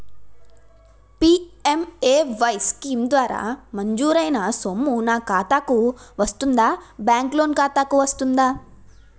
PMAY scheme ద్వారా మంజూరైన సొమ్ము నా ఖాతా కు వస్తుందాబ్యాంకు లోన్ ఖాతాకు వస్తుందా?